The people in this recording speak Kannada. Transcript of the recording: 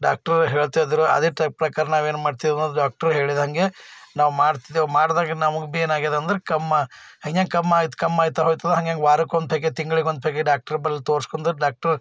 ಡಾಕ್ಟ್ರು ಹೇಳ್ತಾಯಿದ್ರು ಅದೇ ಟೈಪ್ ಪ್ರಕಾರ ನಾವೇನು ಮಾಡ್ತೇವಂದ್ರೆ ಡಾಕ್ಟ್ರು ಹೇಳಿದಹಂಗೆ ನಾವು ಮಾಡ್ತಿದ್ದೇವೆ ಮಾಡಿದಾಗ ನಮಗೆ ಭೀ ಏನಾಗಿದೆಂದ್ರೆ ಕಮ್ಮಿ ಹೆಂಗೆಂಗೆ ಕಮ್ಮಿ ಆಯ್ತು ಕಮ್ಮಿ ಆಯ್ತು ಹೋಗ್ತದೆ ಹಂಗೆಂಗೆ ವಾರಕ್ಕೊಂದು ಫೆಗೆ ತಿಂಗಳಿಗೊಂದು ಫೆಗೆ ಡಾಕ್ಟರ್ ಬಳಿ ತೋರಿಸ್ಕೊಂಡು ಡಾಕ್ಟ್ರು